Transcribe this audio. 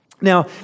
Now